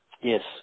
Yes